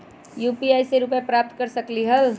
UPI से रुपए प्राप्त कर सकलीहल?